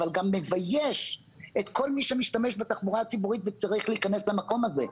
אבל גם מבייש את כל מי שמשתמש בתחבורה הציבורית וצריך להיכנס למקום הזה.